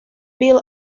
bill